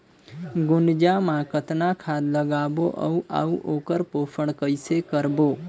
गुनजा मा कतना खाद लगाबो अउ आऊ ओकर पोषण कइसे करबो?